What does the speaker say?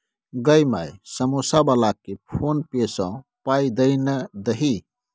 गै माय समौसा बलाकेँ फोने पे सँ पाय दए ना दही